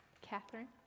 Catherine